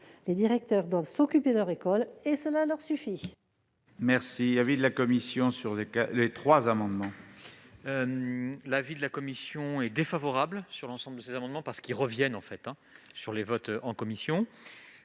Les directeurs doivent s'occuper de leur école. Cela leur suffit